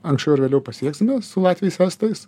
anksčiau ar vėliau pasieksime su latviais estais